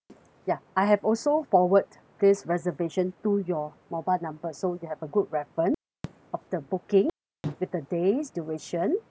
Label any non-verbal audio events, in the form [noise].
ya I have also forward this reservation to your mobile number so you have a good reference [breath] of the booking with the days duration [breath]